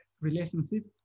relationship